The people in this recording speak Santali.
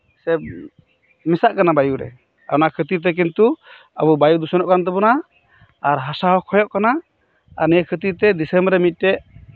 ᱥᱮ ᱢᱮᱥᱟᱜ ᱠᱟᱱᱟ ᱵᱟᱭᱩ ᱨᱮ ᱚᱱᱟ ᱠᱷᱟᱹᱛᱤᱨ ᱛᱮ ᱠᱤᱱᱛᱩ ᱟᱵᱚ ᱵᱟᱭᱩ ᱫᱩᱥᱚᱱᱚᱜ ᱠᱟᱱ ᱛᱟᱵᱚᱱᱟ ᱟᱨ ᱦᱟᱥᱟ ᱦᱚᱸ ᱠᱷᱚᱭᱚᱜ ᱠᱟᱱ ᱛᱟᱵᱚᱱᱟ ᱟᱨ ᱱᱤᱭᱟᱹ ᱠᱷᱟᱹᱛᱤᱨ ᱛᱮ ᱫᱤᱥᱚᱢ ᱨᱮ ᱢᱤᱫᱴᱮᱱ